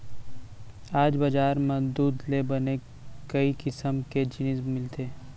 आज बजार म दूद ले बने कई किसम के जिनिस मिलथे